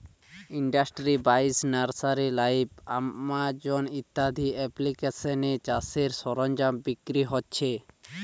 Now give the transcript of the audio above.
industry বাইশ, nursery live, Amazon ইত্যাদি এপ্লিকেশানে চাষের সরঞ্জাম বিক্রি হচ্ছে